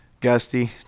Gusty